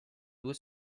due